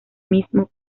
mismo